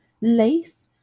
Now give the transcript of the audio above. lace